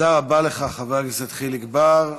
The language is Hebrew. תודה רבה לך, חבר הכנסת חיליק בר.